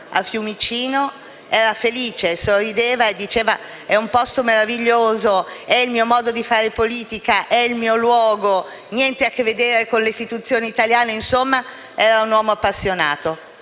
a Fiumicino. Era felice, sorrideva e diceva: «È un posto meraviglioso, è il mio modo di fare politica, è il mio luogo, niente a che vedere con le istituzioni italiane». Insomma, era un uomo appassionato;